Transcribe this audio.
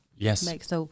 Yes